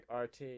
RT